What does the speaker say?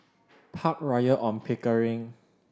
Park Royal On Pickering